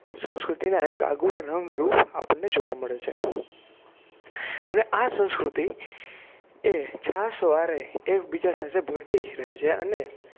સંસ્કૃતિના એક આગવા રંગ રૂપ આપણને જોવા મળે છે અને આ સંસ્કૃતિ એ છાશવારે એકબીજા સાથે ભળતી જ રહે અને